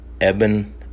Eben